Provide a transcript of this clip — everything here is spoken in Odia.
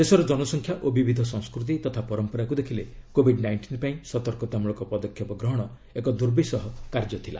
ଦେଶର ଜନସଂଖ୍ୟା ଓ ବିବିଧ ସଂସ୍କୃତି ତଥା ପରମ୍ପରାକୁ ଦେଖିଲେ କୋବିଡ୍ ନାଇଷ୍ଟିନ୍ ପାଇଁ ସତର୍କତା ମ୍ବଳକ ପଦକ୍ଷେପ ଗ୍ରହଣ ଏକ ଦୁର୍ବିସହ କାର୍ଯ୍ୟ ଥିଲା